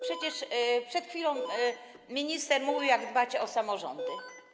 Przecież przed chwilą minister mówił o tym, jak dbać o samorządy.